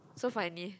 so funny